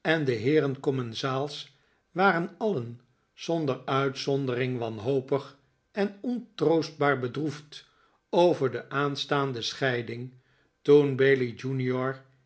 en de heeren commensaals waren alien zonder uitzondering wanhopig en ontroostbaar bedroefd over de aanstaande scheiding toen